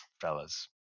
fellas